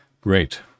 Great